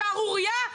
שערורייה?